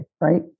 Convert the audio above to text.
right